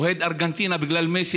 אוהד ארגנטינה בגלל מסי,